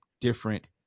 different